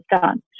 done